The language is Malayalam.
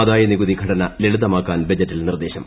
ആദായനികുതി ഘടന ലളിതമാക്കാൻ ബജറ്റിൽ നിർദ്ദേശം